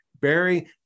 Barry